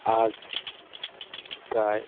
আজ প্রায়